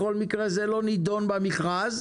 בכל מקרה זה לא נדון במכרז.